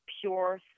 pure